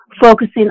Focusing